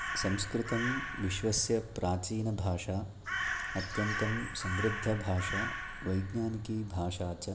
संस्कृतभाषा विश्वस्य प्राचीनभाषा अत्यन्तं समृद्धभाषा वैज्ञानिकीभाषा च